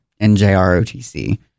njrotc